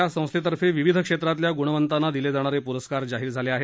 अष्टगंध या संस्थेतर्फे विविध क्षेत्रातल्या गुणवंतांना दिले जाणारे पुरस्कार जाहीर झाले आहेत